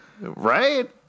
Right